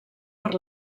per